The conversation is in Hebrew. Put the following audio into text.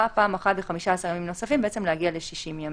פעם אחת ב-15 ימים נוספים להגיע ל-60 ימים.